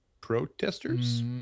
protesters